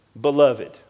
beloved